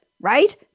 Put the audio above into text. right